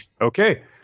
Okay